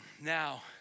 now